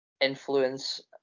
influence